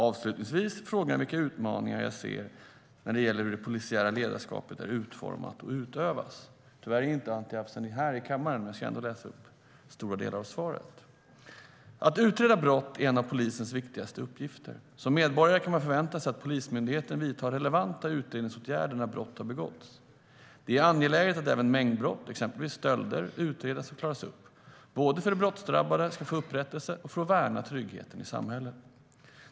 Avslutningsvis frågar han vilka utmaningar jag ser när det gäller hur det polisiära ledarskapet är utformat och utövas. Tyvärr är inte Anti Avsan här i kammaren, men jag ska ändå läsa upp stora delar av svaret. Att utreda brott är en av polisens viktigaste uppgifter. Som medborgare kan man förvänta sig att Polismyndigheten vidtar relevanta utredningsåtgärder när brott har begåtts. Det är angeläget att även mängdbrott, exempelvis stölder, utreds och klaras upp - både för att de brottsdrabbade ska få upprättelse och för att värna tryggheten i samhället.